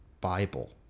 Bible